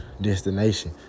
destination